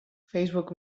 facebook